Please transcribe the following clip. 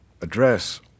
address